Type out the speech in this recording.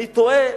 אני תוהה,